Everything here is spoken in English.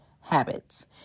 habits